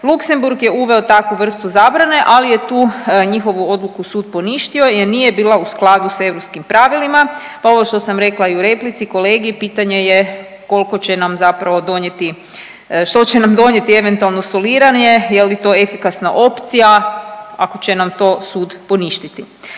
Luksemburg je uveo takvu vrstu zabrane, ali je tu njihovu odluku sud poništio jer nije bila u skladu sa europskim pravilima, pa ovo što sam rekla i u replici kolegi, pitanje je koliko će nam zapravo donijeti, što će nam donijeti eventualno soliranje, je li to efikasna opcija, ako će nam to sud poništiti.